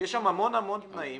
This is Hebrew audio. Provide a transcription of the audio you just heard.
יש שם המון המון תנאים